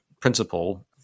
principle